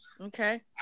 Okay